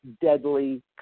deadly